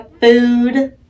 food